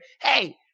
Hey